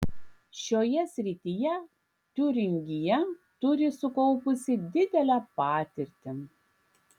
šioje srityje tiūringija turi sukaupusi didelę patirtį